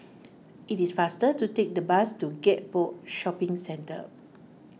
it is faster to take the bus to Gek Poh Shopping Centre